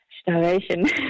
starvation